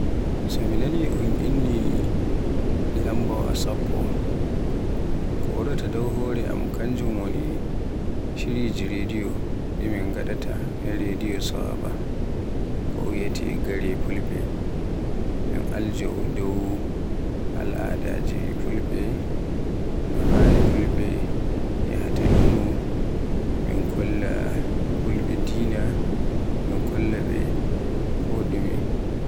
So mi nani un inni lambaawa sappo, ko waraata dow hore am kanjum woni shiriji rediyo ɗi min gaɗaata e rediyo Sawaba, ko wiyeete "Gare Fulɓe" min aljo dow al'adaaji Fulbe, noy haani Fulbe yahude lumo, min kollaybe dina, min kollaybe kodume.